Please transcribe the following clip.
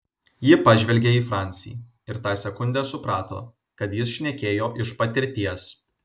ji pažvelgė į francį ir tą sekundę suprato kad jis šnekėjo iš patirties